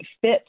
fit